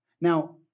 Now